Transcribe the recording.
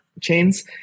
chains